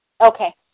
Okay